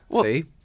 See